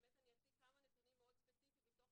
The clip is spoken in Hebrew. באמת אני אציג כמה נתונים מאוד ספציפיים מתוך